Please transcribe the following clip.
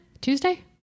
Tuesday